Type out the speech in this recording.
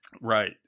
right